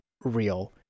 real